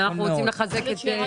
ואנחנו רוצים לחזק את תושבי ישראל.